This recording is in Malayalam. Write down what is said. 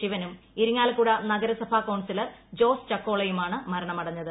ശിവനും ഇരിങ്ങാലക്കുട നഗരസഭാ കൌൺസിലർ ജോസ് ചക്കോളയുമാണ് മരണമടഞ്ഞത്